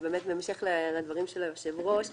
בהמשך לדברי יושב-ראש הוועדה,